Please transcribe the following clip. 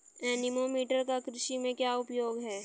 Anemometer का कृषि में क्या उपयोग है?